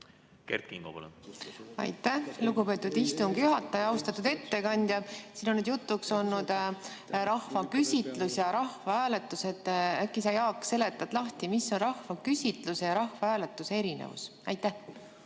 Kert Kingo, palun! Aitäh, lugupeetud istungi juhataja! Austatud ettekandja! Siin on jutuks olnud rahvaküsitlused ja rahvahääletused. Äkki sa, Jaak, seletad lahti, mis on rahvaküsitluse ja rahvahääletuse erinevus? Aitäh,